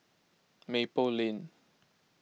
Maple Lane